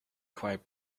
quite